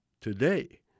today